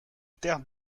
terres